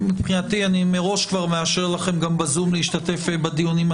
ואני כבר מאשר לכן מראש להשתתף בדיון הבא בזום,